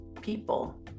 people